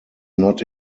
not